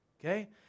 okay